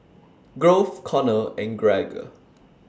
Grove Konner and Gregg